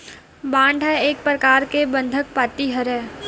bond ह एक परकार ले बंधक पाती हरय